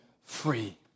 free